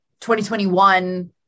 2021